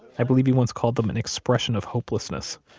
i believe he once called them an expression of hopelessness.